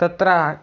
तत्र